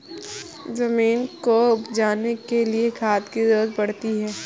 ज़मीन को उपजाने के लिए खाद की ज़रूरत पड़ती है